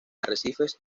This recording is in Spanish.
arrecifes